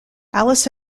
alice